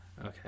okay